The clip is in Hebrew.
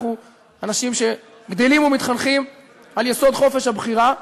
אנחנו אנשים שגדלים ומתחנכים על יסוד חופש הבחירה,